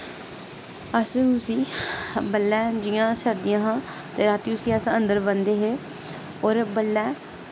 अस उसी बड़लै जियां सर्दियां हां ते रातीं उसी अस अन्दर बन्नदे हे होर बल्लें